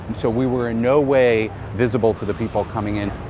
so we were in no way visible to the people coming in.